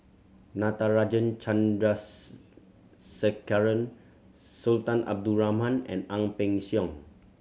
Natarajan Chandrasekaran Sultan Abdul Rahman and Ang Peng Siong